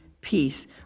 peace